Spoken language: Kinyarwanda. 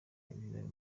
biba